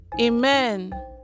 Amen